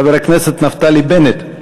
חבר הכנסת נפתלי בנט,